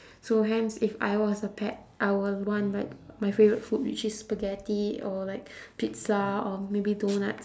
so hence if I was a pet I will want like my favourite food which is spaghetti or like pizza or maybe doughnuts